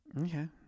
Okay